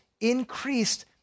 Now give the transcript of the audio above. increased